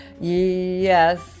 yes